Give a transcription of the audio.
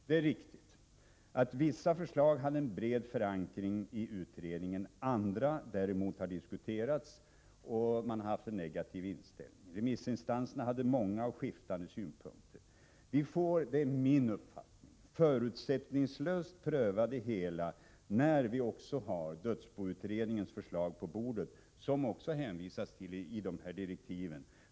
Det är riktigt att vissa förslag hade en bred förankring i utredningen, andra däremot har diskuterats och man har haft en negativ inställning. Remissinstanserna hade många och skiftande synpunkter. Min uppfattning är att vi förutsättningslöst får pröva det hela när vi har även dödsboutredningens förslag på bordet, som det också hänvisas till i de här direktiven.